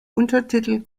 untertitel